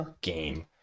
game